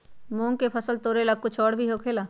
मूंग के फसल तोरेला कुछ और भी होखेला?